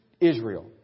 Israel